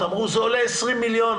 אמרו זה עולה 20 מיליון,